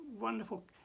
wonderful